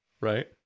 right